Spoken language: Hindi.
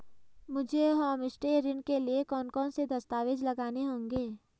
मुझे होमस्टे ऋण के लिए कौन कौनसे दस्तावेज़ लगाने होंगे?